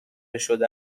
شده